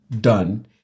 done